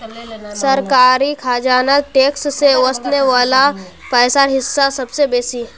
सरकारी खजानात टैक्स से वस्ने वला पैसार हिस्सा सबसे बेसि